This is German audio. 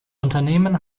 unternehmen